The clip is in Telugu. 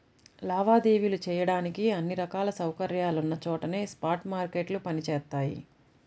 లావాదేవీలు చెయ్యడానికి అన్ని రకాల సౌకర్యాలున్న చోటనే స్పాట్ మార్కెట్లు పనిచేత్తయ్యి